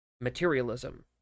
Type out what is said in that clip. materialism